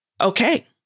Okay